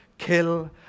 kill